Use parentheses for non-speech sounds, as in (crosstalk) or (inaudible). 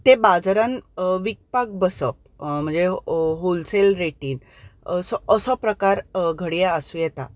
तें बाजारांत विकपाक बसप म्हणजे होलसेल रेटीन (unintelligible) असो प्रकार घडये आसूं येता